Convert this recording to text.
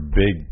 big